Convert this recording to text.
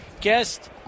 guest